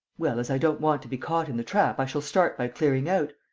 well, as i don't want to be caught in the trap, i shall start by clearing out.